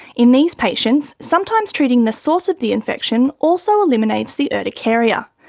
in these patients, sometimes treating the source of the infection also eliminates the urticaria.